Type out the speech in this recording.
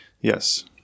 yes